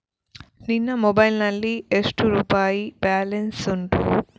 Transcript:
ನಿನ್ನ ಮೊಬೈಲ್ ನಲ್ಲಿ ಎಷ್ಟು ರುಪಾಯಿ ಬ್ಯಾಲೆನ್ಸ್ ಉಂಟು?